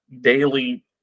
daily